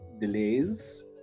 delays